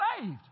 saved